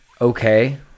okay